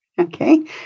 Okay